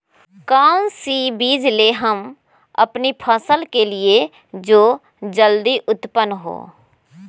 कौन सी बीज ले हम अपनी फसल के लिए जो जल्दी उत्पन हो?